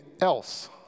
else